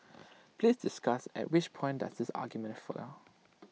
please discuss at which point does this argument fail